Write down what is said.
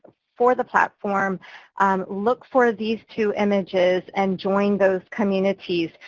for the platform look for these two images and join those communities,